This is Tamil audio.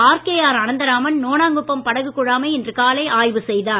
ஆர்கேஆர் அனந்தராமன் நோணாங்குப்பம் படகு குழாமை இன்று காலை ஆய்வு செய்தார்